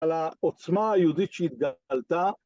‫על העוצמה היהודית שהתגלתה.